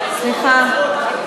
סליחה.